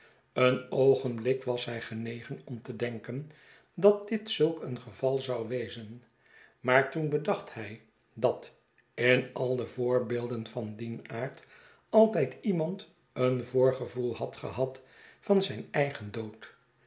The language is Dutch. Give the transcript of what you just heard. een oogenblik was hij genegen om te denken dat dit zulk een geval zou wezen maar toen bedacht hij dat in al de voorbeelden van dien aard altijd iemand een voorgevoel had gehad van zijn eigen dood